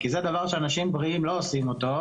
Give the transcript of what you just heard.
כי זה דבר שאנשים בריאים לא עושים אותו,